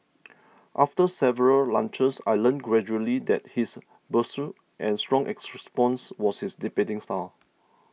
after several lunches I learnt gradually that his brusque and strong was his debating style